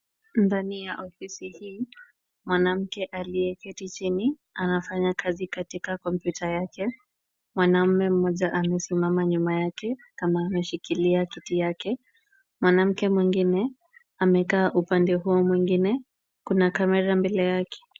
Ndani ya ofisi hii, mwanamke aliyeketi chini anafanya kazi katika kompyuta yake. Mwanamume mmoja amesimama nyuma yake kama ameshikilia kiti yake. Mwanamke mwingine amekaa upande huo mwingine. Kuna kamera mbele yake.